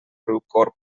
riucorb